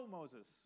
Moses